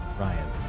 Ryan